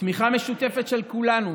תמיכה משותפת של כולנו,